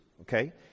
okay